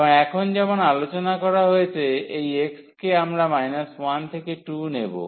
এবং এখন যেমন আলোচনা করা হয়েছে এই x কে আমরা 1 থেকে 2 নেব